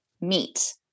meet